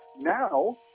now